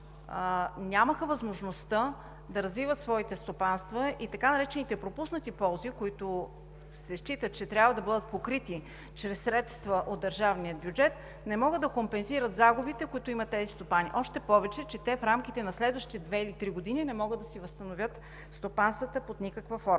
нямаха възможността да развиват своите стопанства и така наречените „пропуснати ползи“, които се счита, че трябва да бъдат покрити чрез средства от държавния бюджет, не могат да компенсират загубите, които имат тези стопани. Още повече че в рамките на следващите две или три години не могат да си възстановят стопанствата под никаква форма.